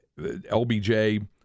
LBJ